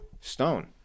stone